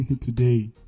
today